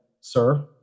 sir